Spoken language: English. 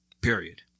period